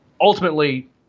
ultimately